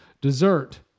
Dessert